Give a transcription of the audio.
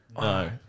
No